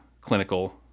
clinical